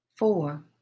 Four